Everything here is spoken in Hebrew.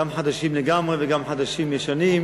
גם חדשים לגמרי וגם חדשים-ישנים,